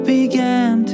Began